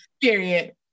period